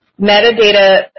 metadata